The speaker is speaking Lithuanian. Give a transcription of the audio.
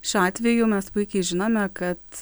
šiuo atveju mes puikiai žinome kad